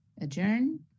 adjourn